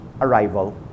arrival